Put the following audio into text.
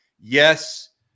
Yes